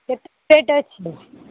କେତେ ବେଡ୍ ଅଛି